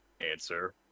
answer